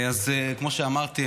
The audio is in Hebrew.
אז כמו שאמרתי,